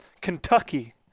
Kentucky